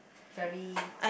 very